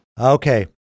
Okay